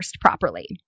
properly